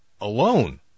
alone